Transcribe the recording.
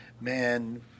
Man